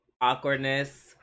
awkwardness